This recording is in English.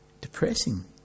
depressing